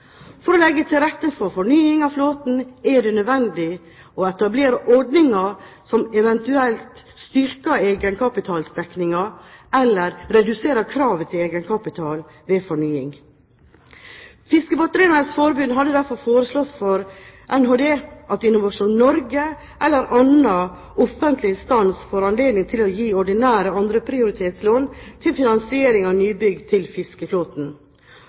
For å legge til rette for fornying av flåten er det nødvendig å etablere ordninger som eventuelt styrker egenkapitalsdekningen eller reduserer kravet til egenkapital ved fornying. Fiskebåtredernes Forbund har derfor foreslått for Nærings- og handelsdepartementet at Innovasjon Norge eller annen offentlig instans får anledning til å gi ordinære 2. prioritetslån til finansiering av nybygg i fiskeflåten.